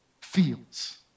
feels